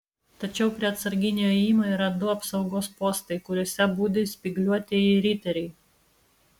tačiau prie atsarginio įėjimo yra du apsaugos postai kuriuose budi spygliuotieji riteriai